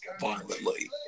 violently